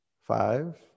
Five